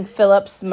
Phillips